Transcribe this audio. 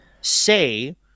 say